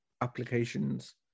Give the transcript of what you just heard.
applications